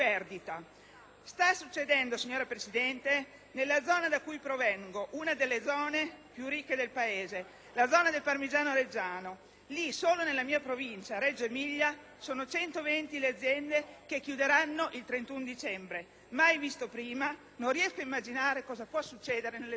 in perdita. Signora Presidente, nella zona da cui provengo, una delle più ricche del Paese, la zona del parmigiano reggiano, solo nella mia Provincia, Reggio Emilia, sono 120 le aziende che chiuderanno il 31 dicembre. Mai visto prima! Non riesco ad immaginare cosa può succedere nelle zone più deboli.